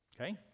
Okay